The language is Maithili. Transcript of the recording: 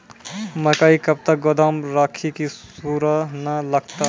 मकई कब तक गोदाम राखि की सूड़ा न लगता?